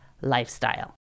lifestyle